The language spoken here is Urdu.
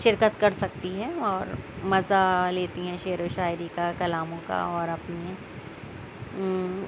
شرکت کر سکتی ہے اور مزہ لیتی ہیں شعر و شاعری کا کلاموں کا اور اپنے